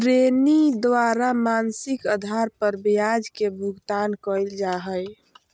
ऋणी द्वारा मासिक आधार पर ब्याज के भुगतान कइल जा हइ